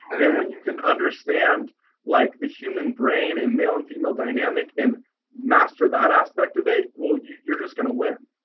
and when you can understand like the human brain and male and female dynamic and master that aspect of it, well, you're just gonna win.